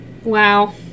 wow